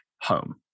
home